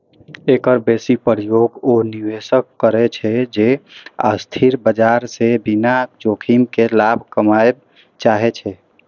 एकर बेसी प्रयोग ओ निवेशक करै छै, जे अस्थिर बाजार सं बिना जोखिम के लाभ कमबय चाहै छै